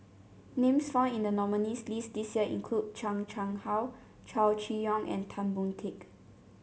names found in the nominees' list this year include Chan Chang How Chow Chee Yong and Tan Boon Teik